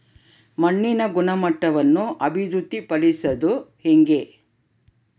ಮಣ್ಣಿನ ಗುಣಮಟ್ಟವನ್ನು ಅಭಿವೃದ್ಧಿ ಪಡಿಸದು ಹೆಂಗೆ?